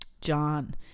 John